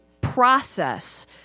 process